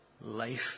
life